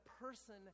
person